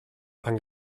pan